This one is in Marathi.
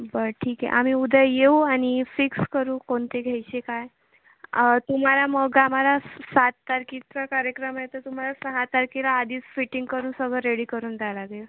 बरं ठीक आहे आम्ही उद्या येऊ आणि फिक्स करू कोणते घ्यायचे काय तुम्हाला मग आम्हाला सात तारखेचं कार्यक्रम आहे तर तुम्हाला सहा तारखेला आधीच फिटींग करून सगळं रेडी करून द्यावं लागेल